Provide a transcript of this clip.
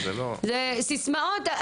זה לדבר בסיסמאות.